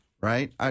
right